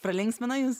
pralinksmino jus